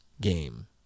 game